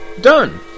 Done